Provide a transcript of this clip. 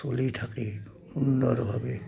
চলি থাকে সুন্দৰভাৱে